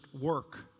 work